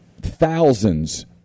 thousands